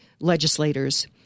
legislators